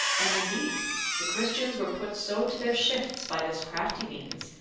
and indeed the christians were put so to their shifts by this crafty means,